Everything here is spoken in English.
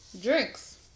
drinks